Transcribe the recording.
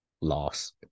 loss